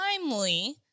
timely